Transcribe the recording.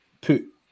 put